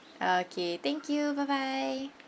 okay thank you bye bye